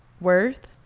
worth